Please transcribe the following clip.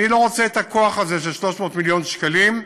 אני לא רוצה את הכוח הזה של 300 מיליון שקלים,